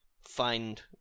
find